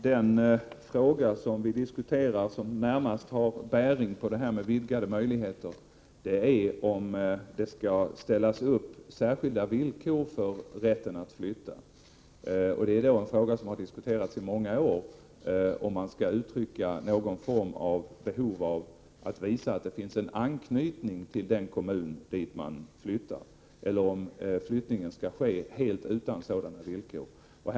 Herr talman! Den fråga som närmast har bäring på vidgade möjligheter gäller om det skall ställas särskilda villkor för rätten att kunna flytta. Det har diskuterats i många år om man måste visa att det finns en anknytning till den kommun dit man vill flytta eller om flyttning skall kunna ske helt fritt.